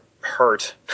hurt